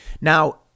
Now